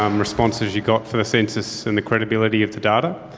um responses you got for the census and the credibility of the data.